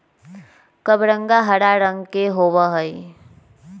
कबरंगा हरा रंग के होबा हई